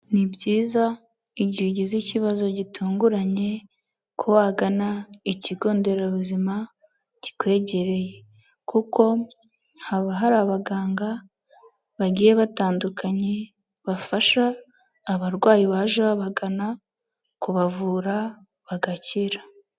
Ni byiza igihe ugize ikibazo gitunguranye ko wagana ikigo nderabuzima kikwegereye, kuko haba hari abaganga bagiye batandukanye, bafasha abarwayi baje babagana kubavura bagakira.